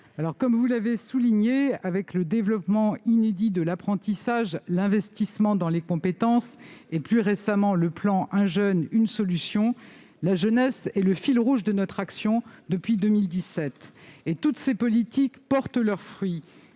comme vous l'avez souligné, avec le développement inédit de l'apprentissage, l'investissement dans les compétences et, plus récemment, le plan « 1 jeune, 1 solution », la jeunesse est le fil rouge de notre action depuis 2017. Tout va bien ... Toutes ces politiques portent leurs fruits.